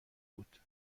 بود